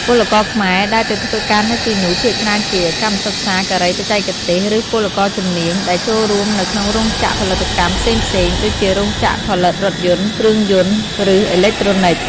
ពលករខ្មែរដែលទៅធ្វើការនៅទីនោះ ភាគច្រើនជា កម្មសិក្សាការីបច្ចេកទេស ឬពលករជំនាញ ដែលចូលរួមនៅក្នុងរោងចក្រផលិតកម្មផ្សេងៗ ដូចជារោងចក្រផលិតរថយន្ត គ្រឿងយន្ត ឬអេឡិចត្រូនិច ។